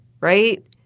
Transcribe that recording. Right